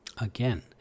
Again